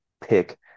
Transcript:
pick